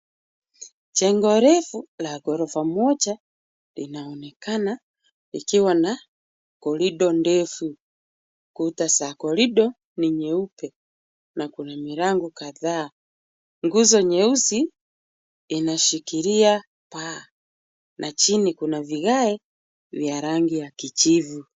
Jengo refu la ghorofa moja linaonekana likiwa na corridor ndefu. Kuta za corridor ni nyeupe na kuna milango kadhaa. Nguzo nyeusi inashikilia paa na chini kuna vigae vya rangi ya kijivu.